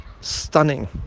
stunning